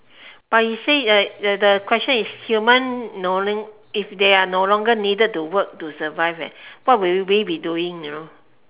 but you say the the the question is human no l~ if they are no longer needed to work to survive leh what will they be doing you know